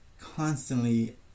constantly